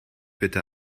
bitte